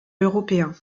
européen